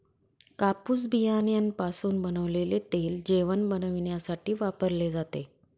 कापूस बियाण्यापासून बनवलेले तेल जेवण बनविण्यासाठी वापरले जाते